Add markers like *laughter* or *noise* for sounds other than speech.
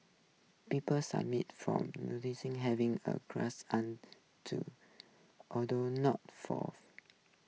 people submit from *unintelligible* having a *unintelligible* and to although not forth